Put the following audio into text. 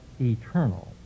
eternal